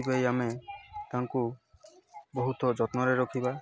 ସେଥିପାଇଁ ଆମେ ତାଙ୍କୁ ବହୁତ ଯତ୍ନରେ ରଖିବା